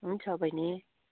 हुन्छ बहिनी